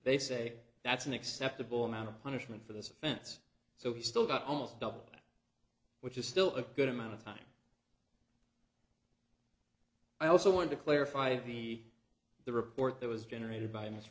they say that's an acceptable amount of punishment for this offense so he still got almost doubled which is still a good amount of time i also want to clarify he the report that was generated by m